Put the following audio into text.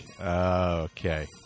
Okay